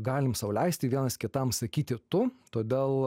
galim sau leisti vienas kitam sakyti tu todėl